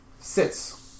sits